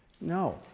No